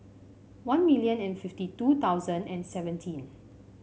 one million and fifty two thousand and seventeen